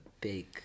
big